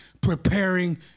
preparing